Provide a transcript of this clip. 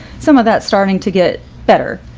some of that starting to get better.